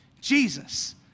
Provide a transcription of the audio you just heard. Jesus